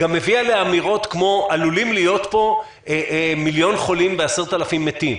היא גם הביאה לאמירות כמו: עלולים להיות פה מיליון חולים ו-10,000 מתים,